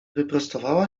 wyprostowała